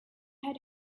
had